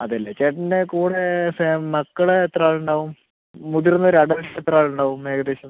അതെ അല്ലേ ചേട്ടൻ്റെ കൂടെ ഫാമ് മക്കൾ എത്ര ആൾ ഉണ്ടാവും മുതിർന്ന ഒരു അഡൾട്ട്സ് എത്ര ആൾ ഉണ്ടാവും ഏകദേശം